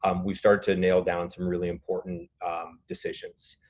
um we've started to nail down some really important decisions.